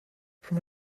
from